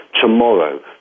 tomorrow